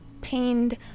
pained